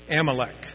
Amalek